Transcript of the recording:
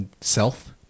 self